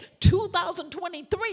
2023